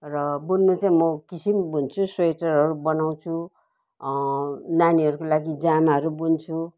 र बुन्नु चाहिँ म किसिम बुन्छु स्वेटरहरू बनाउँछु नानीहरूको लागि जामाहरू बुन्छु